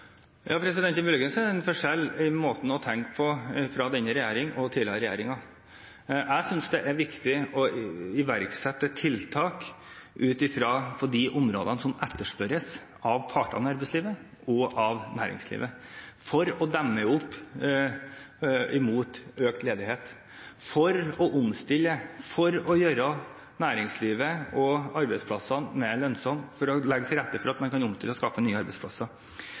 forskjell i måten å tenke på fra denne regjering og til tidligere regjeringer. Jeg synes det er viktig å iverksette tiltak ut fra de områdene som etterspørres av partene i arbeidslivet og av næringslivet – for å demme opp for økt ledighet, for å omstille, for å gjøre næringslivet og arbeidsplassene mer lønnsomme, for å legge til rette for at man kan omstille og skape nye arbeidsplasser.